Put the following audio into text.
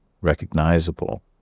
recognizable